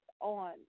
on